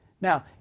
now